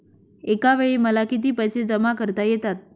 एकावेळी मला किती पैसे जमा करता येतात?